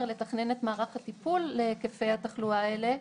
לתכנן את מערך הטיפול להיקפי התחלואה האלה,